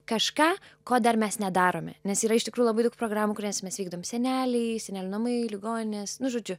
kažką ko dar mes nedarome nes yra iš tikrųjų labai daug programų kurias mes vykdom seneliai senelių namai ligoninės nu žodžiu